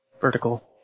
Vertical